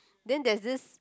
then there's this